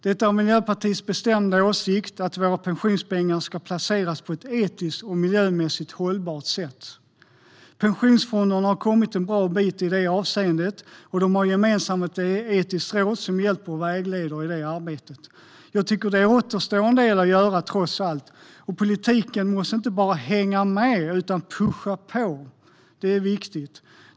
Det är Miljöpartiets bestämda åsikt att våra pensionspengar ska placeras på ett etiskt och miljömässigt hållbart sätt. Pensionsfonderna har kommit en bra bit i detta avseende, och de har gemensamt ett etiskt råd som hjälper och vägleder i detta arbete. Jag tycker att det trots allt återstår en del att göra, och politiken måste inte bara hänga med utan också pusha på. Det är viktigt.